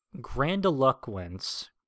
grandiloquence